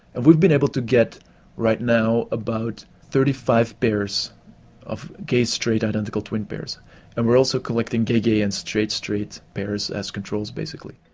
and we've been able to get right now about thirty five pairs of gay straight identical twin pairs and we're also collecting gay gay and straight straight pairs as controls, basically.